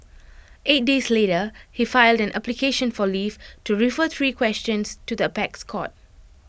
eight days later he filed an application for leave to refer three questions to the apex court